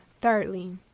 Thirdly